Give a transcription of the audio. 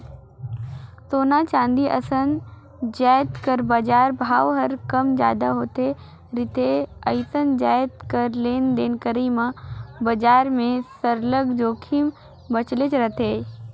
सोना, चांदी असन जाएत कर बजार भाव हर कम जादा होत रिथे अइसने जाएत कर लेन देन करई में बजार में सरलग जोखिम बनलेच रहथे